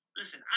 listen